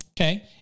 okay